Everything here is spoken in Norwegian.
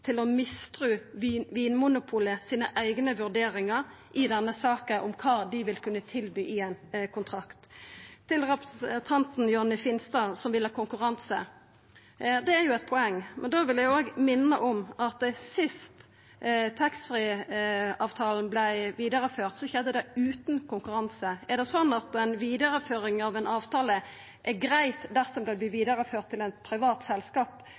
til å mistru Vinmonopolet sine eigne vurderingar i denne saka om kva dei vil kunna tilby i ein kontrakt? Til representanten Jonny Finstad, som vil ha konkurranse: Det er jo eit poeng. Då vil eg minna om at sist taxfree-avtalen vart vidareført, skjedde det utan konkurranse. Er det slik at ei vidareføring av ein avtale er greitt dersom han vert vidareført til eit privat selskap,